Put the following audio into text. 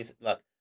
look